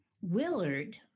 Willard